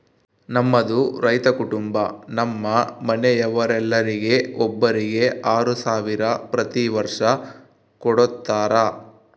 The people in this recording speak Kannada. ನಮ್ಮದು ರೈತ ಕುಟುಂಬ ನಮ್ಮ ಮನೆಯವರೆಲ್ಲರಿಗೆ ಒಬ್ಬರಿಗೆ ಆರು ಸಾವಿರ ಪ್ರತಿ ವರ್ಷ ಕೊಡತ್ತಾರೆ